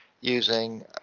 using